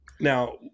Now